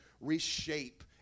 reshape